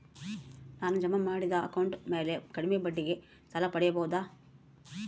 ನಾನು ಜಮಾ ಮಾಡಿದ ಅಕೌಂಟ್ ಮ್ಯಾಲೆ ಕಡಿಮೆ ಬಡ್ಡಿಗೆ ಸಾಲ ಪಡೇಬೋದಾ?